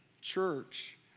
church